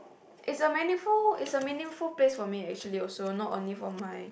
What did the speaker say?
it's a meaningful it's a meaningful place for me actually also not only for my